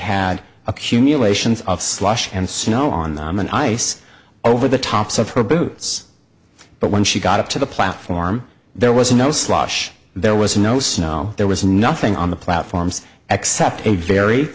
slush and snow on them and ice over the tops of her boots but when she got up to the platform there was no slush there was no snow there was nothing on the platforms except a very